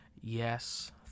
yes